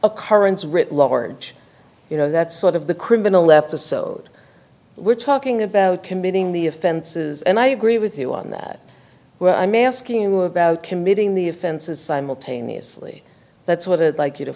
occurrence writ large you know that sort of the criminal episode we're talking about committing the offenses and i agree with you on that well i'm asking you about committing the offense and simultaneously that's what it like you to